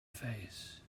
face